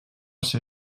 ser